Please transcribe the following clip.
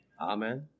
Amen